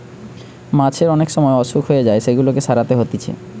মাছের অনেক সময় অসুখ হয়ে যায় সেগুলাকে সারাতে হতিছে